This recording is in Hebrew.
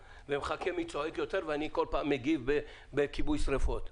ומחכה מי צועק יותר וכל פעם אני מגיב בכיבוי שריפות.